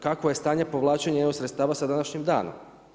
Kakvo je stanje povlačenja EU sredstava sa današnjim danom?